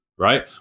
Right